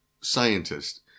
scientist